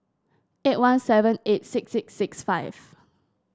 eight one seven eight six six six five